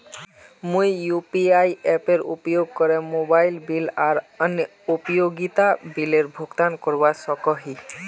मुई यू.पी.आई एपेर उपयोग करे मोबाइल बिल आर अन्य उपयोगिता बिलेर भुगतान करवा सको ही